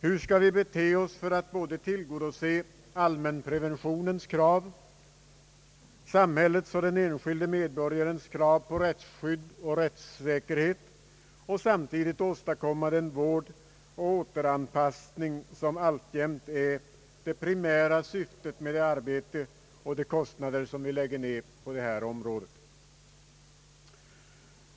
Hur skall vi bete oss för att både tillgodose allmänpreventionens krav, samhällets och den enskilde medborgarens krav på rättsskydd och rättssäkerhet och samtidigt åstadkomma den vård och återanpassning som alltjämt är det primära syftet med det arbete och de kostnader som vi lägger ned på detta område.